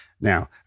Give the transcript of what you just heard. Now